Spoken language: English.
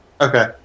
Okay